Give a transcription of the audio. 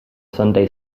sunday